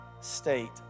state